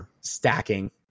stacking